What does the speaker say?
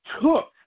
took